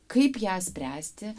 kaip ją spręsti